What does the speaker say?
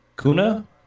Kuna